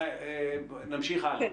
נמשיך הלאה.